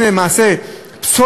זה מה שרוצים אנשים.